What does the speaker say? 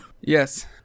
Yes